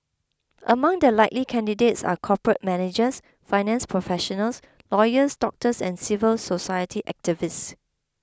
among the likely candidates are corporate managers finance professionals lawyers doctors and civil society activists